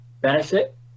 benefit